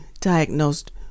diagnosed